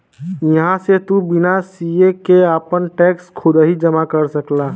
इहां से तू बिना सीए के आपन टैक्स खुदही जमा कर सकला